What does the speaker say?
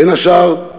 בין השאר,